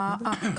נתי,